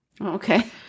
Okay